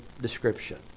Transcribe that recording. description